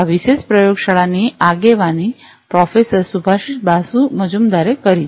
આ વિશેષ પ્રયોગશાળાની આગેવાની પ્રોફેસર સુભાષિશ બાસુ મજમુદરે કરી છે